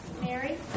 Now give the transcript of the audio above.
Mary